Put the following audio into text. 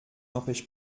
empêche